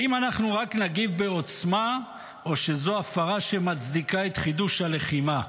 האם אנחנו רק נגיב בעוצמה או שזו הפרה שמצדיקה את חידוש הלחימה?